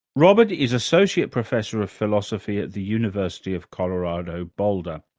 robert is associate professor of philosophy at the university of colorado, boulder.